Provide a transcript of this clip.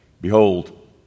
Behold